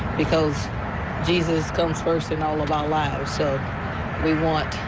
because jesus comes first in all of our lives, so we want